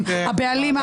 הבעלים,